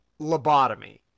lobotomy